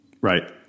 Right